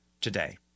today